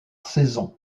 saisons